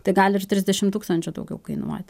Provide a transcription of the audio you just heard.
tai gali ir trisdešim tūkstančių daugiau kainuoti